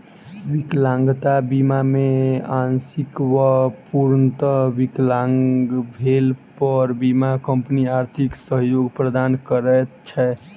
विकलांगता बीमा मे आंशिक वा पूर्णतः विकलांग भेला पर बीमा कम्पनी आर्थिक सहयोग प्रदान करैत छै